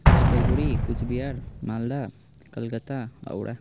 Jalpaiguri Cooch Behar Malda Calcutta Howrah